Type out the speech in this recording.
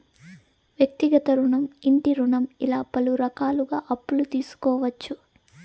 వ్యక్తిగత రుణం ఇంటి రుణం ఇలా పలు రకాలుగా అప్పులు తీసుకోవచ్చు